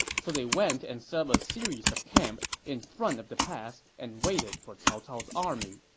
so they went and set up a series of camps in front of the pass and waited for cao cao's army